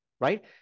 right